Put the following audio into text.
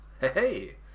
Hey